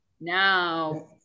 now